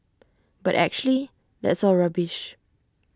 but actually that's all rubbish